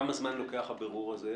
כמה זמן לוקח הבירור הזה?